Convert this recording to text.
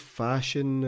fashion